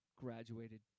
graduated